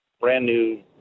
brand-new